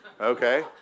okay